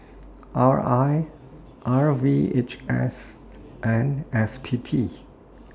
R I R V H S and F T T